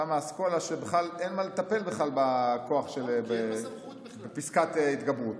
אתה מהאסכולה שבכלל אין מה לטפל בכוח בפסקת ההתגברות.